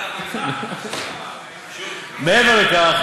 מעבר לכך,